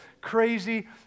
crazy